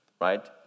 right